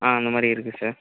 ஆ அந்த மாதிரி இருக்குது சார்